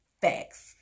facts